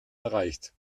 erreicht